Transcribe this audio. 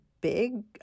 big